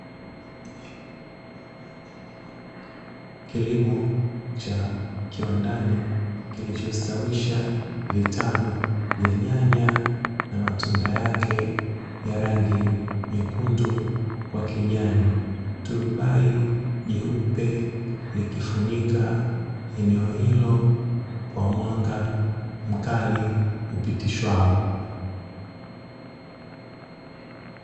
Kilimo cha kiwandani kilichostawisha vitalu vya nyanya na matunda yake ya rangi nyekundu kwa kijani, turubai jeupe likifunika eneo hilo kwa mwanga mkali upitishwao.